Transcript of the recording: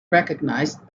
recognized